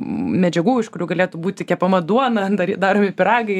medžiagų iš kurių galėtų būti kepama duona dary daromi pyragai